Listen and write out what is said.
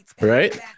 right